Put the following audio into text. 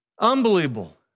Unbelievable